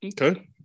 okay